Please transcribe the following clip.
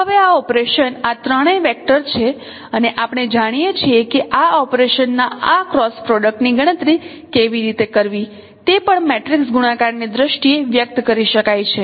હવે આ ઓપરેશન આ ત્રણેય વેક્ટર છે અને આપણે જાણીએ છીએ કે આ ઓપરેશનના આ ક્રોસ પ્રોડક્ટ ની ગણતરી કેવી રીતે કરવી તે પણ મેટ્રિક્સ ગુણાકાર ની દ્રષ્ટિએ વ્યક્ત કરી શકાય છે